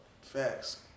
Facts